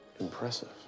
impressive